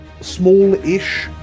small-ish